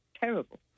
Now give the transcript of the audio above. terrible